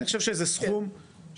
אני חושב שזה סכום שבהחלט,